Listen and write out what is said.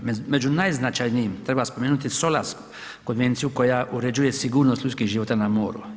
Među najznačajnijim treba spomenuti SOLAS konvenciju koja uređuje sigurnost ljudskih života na moru.